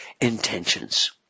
intentions